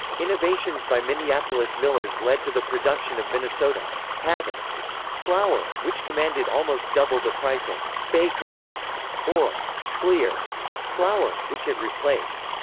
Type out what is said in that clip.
innovations by minneapolis millers led to the production of minnesota patent flour, which commanded almost double the price of bakers' or clear flour, which it replaced.